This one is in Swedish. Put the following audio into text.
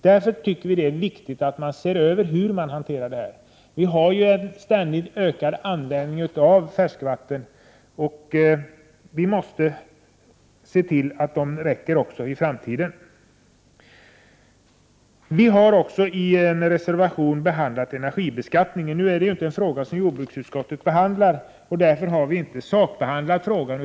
Därför anser vi att det är viktigt att denna hantering ses över. Användningen av färskvatten ökar ständigt, och man måste se till att färskvattnet räcker också i framtiden. I reservation 12 har centern tagit upp energibeskattningen. Detta är emellertid inte en fråga som jordbruksutskottet skall behandla. Därför har jordbruksutskottet inte sakbehandlat frågan.